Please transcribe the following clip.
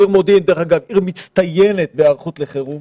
העיר מודיעין היא עיר מצטיינת בהיערכות לחירום